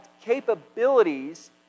capabilities